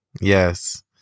Yes